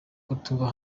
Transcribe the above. kutuba